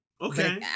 Okay